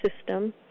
system